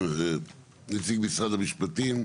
נציג משרד המשפטים,